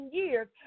years